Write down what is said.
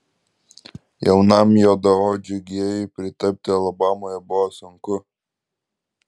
jaunam juodaodžiui gėjui pritapti alabamoje buvo sunku